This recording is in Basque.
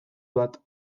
bat